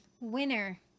Winner